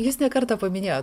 jūs ne kartą paminėjot